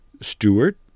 Stewart